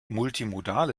multimodal